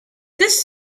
this